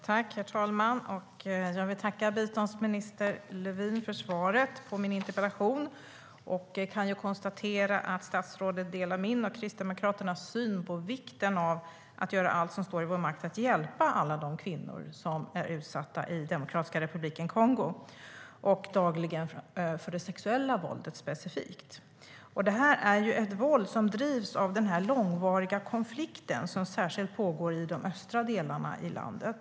Herr talman! Jag tackar biståndsminister Lövin för svaret på min interpellation. Jag kan konstatera att statsrådet delar min och Kristdemokraternas syn på vikten av att göra allt som står i vår makt för att hjälpa alla de kvinnor som utsätts för våld i Demokratiska republiken Kongo dagligen, i synnerhet sexuellt våld. Det är ett våld som utövas på grund av den långvariga konflikt som pågår särskilt i de östra delarna av landet.